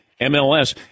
MLS